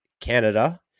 Canada